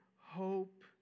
hope